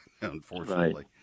unfortunately